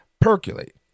percolate